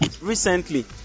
recently